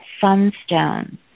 sunstone